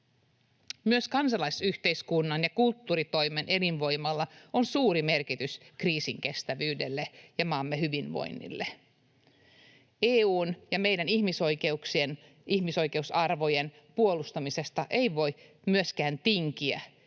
Myös kansalaisyhteiskunnan ja kulttuuritoimen elinvoimalla on suuri merkitys kriisinkestävyydelle ja maamme hyvinvoinnille. EU:n ja meidän ihmisoikeuksien, ihmisoikeusarvojen, puolustamisesta ei voi myöskään tinkiä,